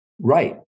right